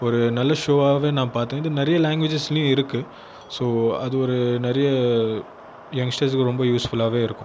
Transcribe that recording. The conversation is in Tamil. ஒரு நல்ல ஷோவாகவே நான் பார்த்தேன் இது நிறைய லேங்குவேஜஸ்லேயும் இருக்குது சோ அது ஒரு நிறைய யங்ஸ்டர்ஸுக்கு ரொம்ப யூஸ்ஃபுல்லாகவே இருக்கும்